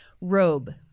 Robe